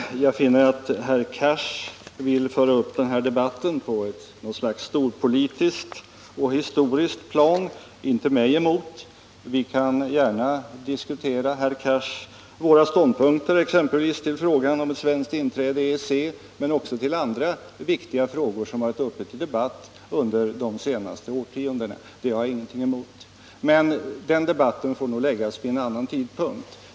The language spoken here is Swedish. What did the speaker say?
Herr talman! Jag finner att herr Cars vill föra upp den här debatten på något slags storpolitiskt och historiskt plan. Inte mig emot. Vi kan, herr Cars, gärna diskutera våra ståndpunkter — exempelvis till frågan om ett svenskt inträde i EEC men också till andra viktiga frågor som har varit uppe till debatt under de senaste årtiondena. Det har jag alltså ingenting emot. Men den debatten får nog förläggas till en annan tidpunkt.